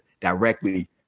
directly